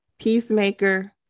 peacemaker